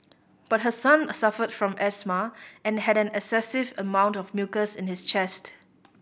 but her son suffered from asthma and had an excessive amount of mucus in his chest